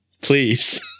please